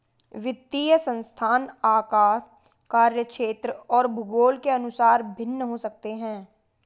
वित्तीय संस्थान आकार, कार्यक्षेत्र और भूगोल के अनुसार भिन्न हो सकते हैं